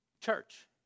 church